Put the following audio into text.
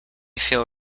feel